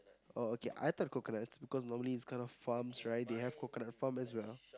oh okay I thought coconuts because normally this kind of farms right they have coconut farm as well